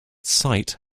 site